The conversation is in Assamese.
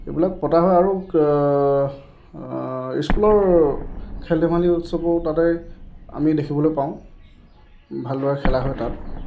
এইবিলাক পতা হয় আৰু ইস্কুলৰ খেল ধেমালি উৎসৱ তাতে আমি দেখিবলৈ পাওঁ ভালদৰে খেলা হয় তাত